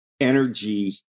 energy